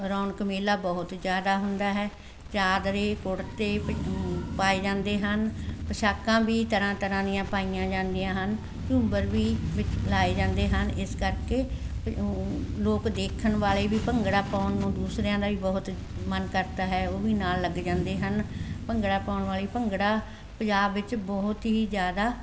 ਰੌਣਕ ਮੇਲਾ ਬਹੁਤ ਜ਼ਿਆਦਾ ਹੁੰਦਾ ਹੈ ਚਾਦਰੇ ਕੁੜਤੇ ਪਾਏ ਜਾਂਦੇ ਹਨ ਪੁਸ਼ਾਕਾਂ ਵੀ ਤਰ੍ਹਾਂ ਤਰ੍ਹਾਂ ਦੀਆਂ ਪਾਈਆਂ ਜਾਂਦੀਆਂ ਹਨ ਝੂੰਮਰ ਵੀ ਵਿੱਚ ਲਾਏ ਜਾਂਦੇ ਹਨ ਇਸ ਕਰਕੇ ਲੋਕ ਦੇਖਣ ਵਾਲੇ ਵੀ ਭੰਗੜਾ ਪਾਉਣ ਨੂੰ ਦੂਸਰਿਆਂ ਦਾ ਵੀ ਬਹੁਤ ਮਨ ਕਰਦਾ ਹੈ ਉਹ ਵੀ ਨਾਲ ਲੱਗ ਜਾਂਦੇ ਹਨ ਭੰਗੜਾ ਪਾਉਣ ਵਾਲੀ ਭੰਗੜਾ ਪੰਜਾਬ ਵਿੱਚ ਬਹੁਤ ਹੀ ਜ਼ਿਆਦਾ